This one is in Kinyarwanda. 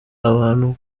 abantu